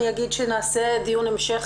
אני אגיד שנעשה דיון המשך,